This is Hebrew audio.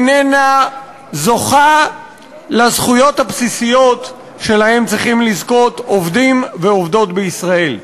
איננה זוכה לזכויות הבסיסיות שלהן צריכים לזכות עובדים ועובדות בישראל.